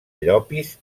llopis